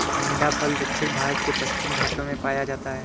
अंडाफल दक्षिण भारत के पश्चिमी घाटों में पाया जाता है